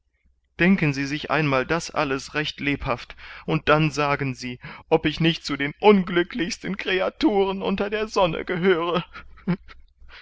denken sie sich einmal das alles recht lebhaft und dann sagen sie ob ich nicht zu den unglücklichsten creaturen unter der sonne gehöre